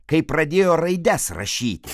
kai pradėjo raides rašyti